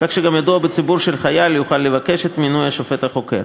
כך שגם ידוע בציבור של חייל יוכל לבקש את מינוי השופט החוקר.